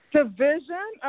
Division